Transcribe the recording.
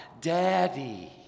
daddy